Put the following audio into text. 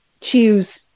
choose